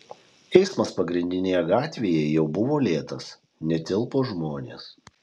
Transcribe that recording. eismas pagrindinėje gatvėje jau buvo lėtas netilpo žmonės